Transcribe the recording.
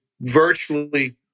Virtually